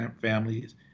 families